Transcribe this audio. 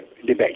debate